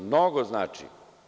Mnogo znači.